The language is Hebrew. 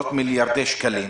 עשרות מיליארדי שקלים,